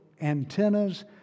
antennas